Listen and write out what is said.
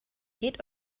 geht